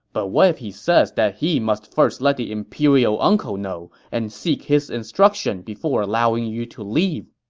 but what if he says that he must first let the imperial uncle know and seek his instruction before allowing you to leave?